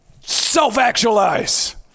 self-actualize